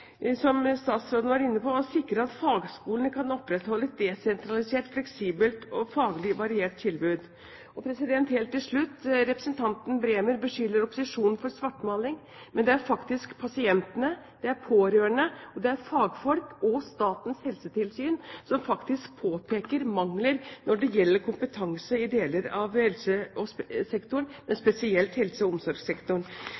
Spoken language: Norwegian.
som statsråden var inne på – å sikre at fagskolene kan opprettholde et desentralisert, fleksibelt og faglig variert tilbud. Helt til slutt: Representanten Bremer beskylder opposisjonen for svartmaling. Det er faktisk pasientene, pårørende, fagfolk og Statens helsetilsyn som påpeker mangler når det gjelder kompetanse i deler av helsesektoren, men spesielt helse- og